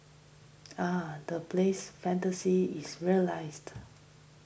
ah the place fantasy is realised